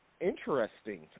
interesting